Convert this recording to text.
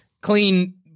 clean